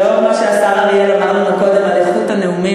לאור מה שהשר אריאל אמר לנו קודם על איכות הנאומים,